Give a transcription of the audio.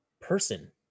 person